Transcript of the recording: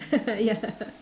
ya